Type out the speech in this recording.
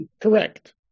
Correct